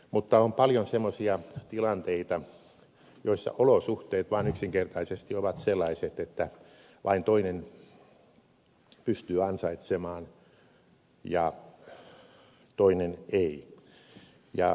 mutta on paljon semmoisia tilanteita joissa olosuhteet vaan yksinkertaisesti ovat sellaiset että vain toinen pystyy ansaitsemaan ja toinen ei